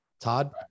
Todd